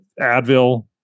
Advil